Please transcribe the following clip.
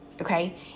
okay